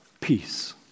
Peace